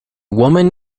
woman